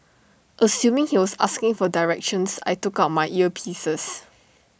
assuming he was asking for directions I took out my earpieces